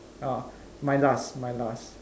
oh my last my last